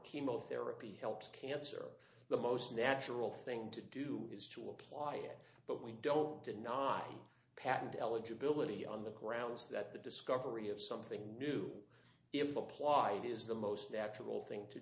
chemotherapy helps cancer the most natural thing to do is to apply it but we don't deny patent eligibility on the grounds that the discovery of something new if applied is the most natural thing to